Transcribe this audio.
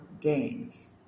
gains